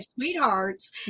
sweethearts